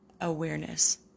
awareness